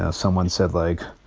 ah someone said, like,